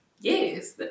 Yes